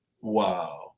Wow